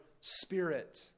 spirit